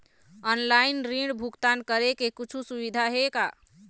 Online ऋण भुगतान करे के कुछू सुविधा हे का?